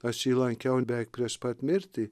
aš jį lankiau ir beveik prieš pat mirtį